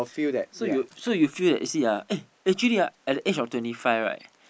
so you so you feel that you see ah eh actually ah at the age of twenty five right